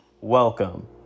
Welcome